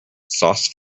sauce